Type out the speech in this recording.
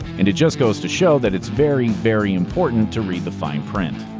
and it just goes to show that it's very, very important to read the fine print.